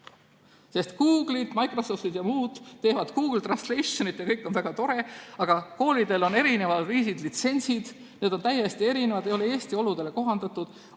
Google'id, Microsoftid ja muud pakuvad Google Translate'i ja kõik on väga tore, aga koolidel on erinevad viisid, litsentsid on täiesti erinevad, need ei ole Eesti oludele kohandatud.